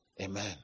Amen